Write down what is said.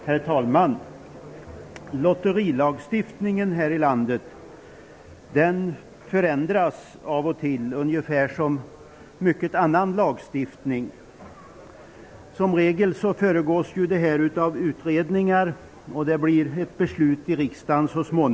Herr talman! Lotterilagstiftningen i vårt land förändras av och till, liksom annan lagstiftning. Som regel föregås förändringarna av utredningar. Så småningom fattas beslut i riksdagen.